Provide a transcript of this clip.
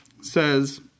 says